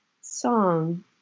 song